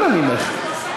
אנא ממך,